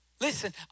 Listen